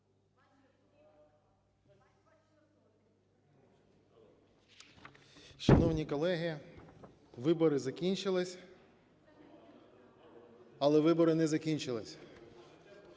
Шановні колеги, вибори закінчились, але вибори не закінчились.